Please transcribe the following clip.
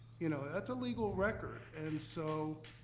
you know, that's a legal record, and so,